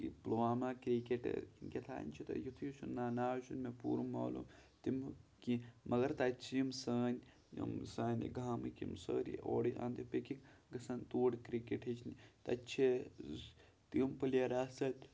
کہِ پُلوامہ کِرکَٹ کیٛاتھانۍ چھِ تتھ یُتھُے ہیوٗ چھُ نہ ناو چھُنہٕ مےٚ پوٗرٕ معلوٗم تِمیُٚک کینٛہہ مگر تَتہِ چھِ یِم سٲنۍ یِم سانہِ گامٕکۍ یِم سٲری اورٕ اَندٕکۍ بیٚیہِ کینٛہہ گژھان تور کِرٛکَٹ ہیٚچھنہِ تَتہِ چھِ تِم پٕلیر آسان